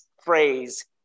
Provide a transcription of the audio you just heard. phrase